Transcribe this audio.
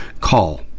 Call